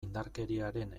indarkeriaren